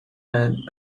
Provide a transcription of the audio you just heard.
and